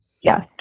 Yes